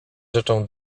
rzeczą